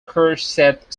scholarship